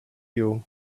you